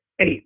eight